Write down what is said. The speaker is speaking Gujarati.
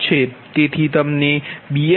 તેથી તમને BiiQi